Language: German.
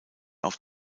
auf